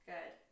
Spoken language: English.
Good